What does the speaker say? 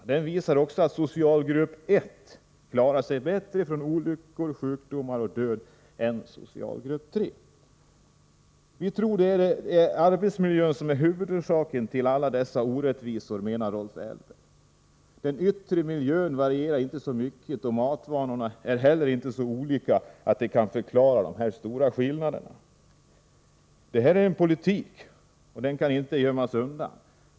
Också den visar att socialgrupp 1 klarar sig bättre från olyckor, sjukdomar och död än socialgrupp 3. Vi tror att det är arbetsmiljön som är huvudorsaken till alla dessa orättvisor, framhåller Rolf Ählberg. Den yttre miljön varierar inte så mycket, och matvanorna är inte heller så olika att det kan förklara de stora skillnaderna. Det här är politik, och det skall inte gömmas undan.